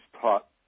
taught